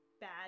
bad